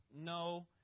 no